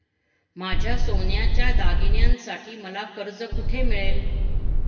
माझ्या सोन्याच्या दागिन्यांसाठी मला कर्ज कुठे मिळेल?